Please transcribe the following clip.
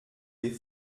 des